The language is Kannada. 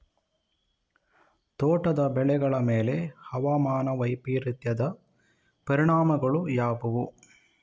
ತೋಟದ ಬೆಳೆಗಳ ಮೇಲೆ ಹವಾಮಾನ ವೈಪರೀತ್ಯದ ಪರಿಣಾಮಗಳು ಯಾವುವು?